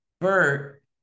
Bert